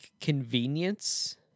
convenience